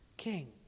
king